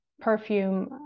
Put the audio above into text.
perfume